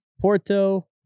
Porto